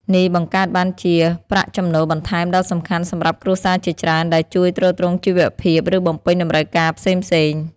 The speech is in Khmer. នេះបង្កើតបានជាប្រាក់ចំណូលបន្ថែមដ៏សំខាន់សម្រាប់គ្រួសារជាច្រើន ដែលជួយទ្រទ្រង់ជីវភាព ឬបំពេញតម្រូវការផ្សេងៗ។